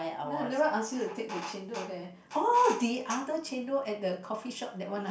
no never ask you to take the chendol there oh the other chendol at the coffee shop that one ah